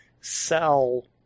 sell